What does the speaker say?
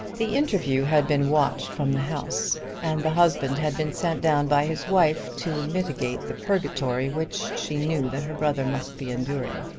the interview had been watched from the house and the husband had been sent down by his wife to mitigate the purgatory which she knew that her brother must be enduring.